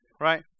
right